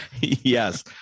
yes